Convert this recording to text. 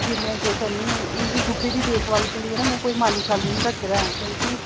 फिर मैं केह् करनीं इंदे बूह्टें दी देखभाल के लिए मैं कोई माली शाली नी रक्खे दा ऐ क्योंकि